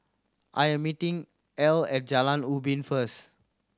I am meeting Ell at Jalan Ubin first